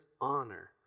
honor